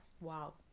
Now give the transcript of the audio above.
Wow